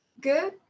Good